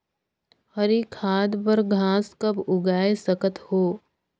हरी खाद बर घास कब उगाय सकत हो?